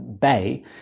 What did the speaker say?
bay